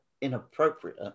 inappropriate